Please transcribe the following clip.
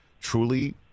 truly